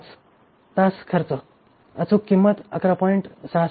5 तास खर्च अचूक किंमत 11